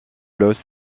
los